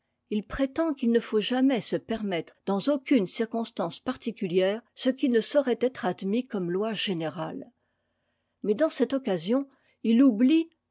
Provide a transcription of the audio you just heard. h prétend qu'il ne faut jamais se permettre dans aucune circonstance particulière ce qui ne saurait être admis comme loi générale mais dans cette occasion il oublie